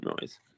noise